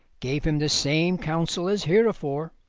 gave him the same counsel as heretofore.